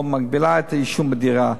או מגבילה את העישון בדירה,